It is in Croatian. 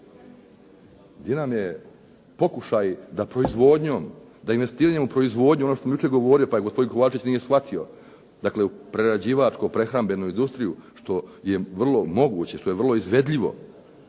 Gdje nam je pokušaj da proizvodnjom, da investiranjem u proizvodnju ono što sam jučer govorio pa gospodin Kovačević nije shvatio, dakle u prerađivačko-prehrambenu industriju što je vrlo moguće, što je vrlo izvedljivo